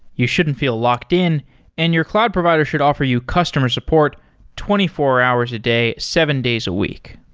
you shouldn't feel locked-in and your cloud provider should offer you customer support twenty four hours a day, seven days a week,